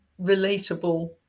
relatable